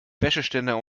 wäscheständer